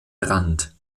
rand